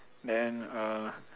then uh